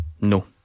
No